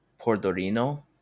Pordorino